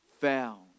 found